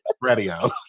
Radio